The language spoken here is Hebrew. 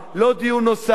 לא דיון נוסף,